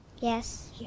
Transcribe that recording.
Yes